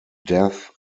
death